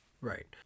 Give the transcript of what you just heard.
Right